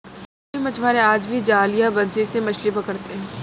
छोटे मछुआरे आज भी जाल या बंसी से मछली पकड़ते हैं